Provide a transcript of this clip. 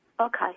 Okay